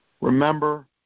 Remember